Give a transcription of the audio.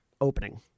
opening